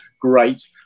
great